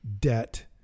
debt